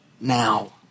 now